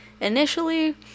initially